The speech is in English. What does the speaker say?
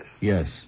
Yes